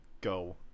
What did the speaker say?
go